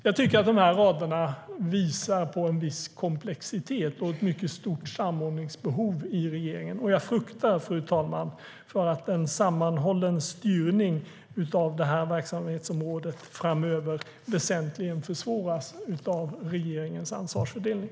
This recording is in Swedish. Jag tycker att de orden visar på en viss komplexitet och ett mycket stort samordningsbehov i regeringen. Jag fruktar, fru talman, att en sammanhållen styrning av detta verksamhetsområde framöver väsentligen kommer att försvåras av regeringens ansvarsfördelning.